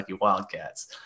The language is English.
Wildcats